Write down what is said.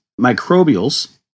microbials